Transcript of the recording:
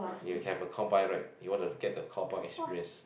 you have a right you want to get the experience